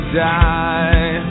die